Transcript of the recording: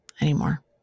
anymore